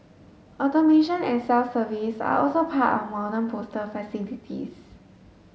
automation and self service are also part of modern postal facilities